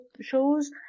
shows